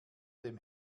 dem